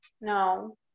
No